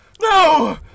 No